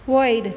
वयर